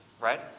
right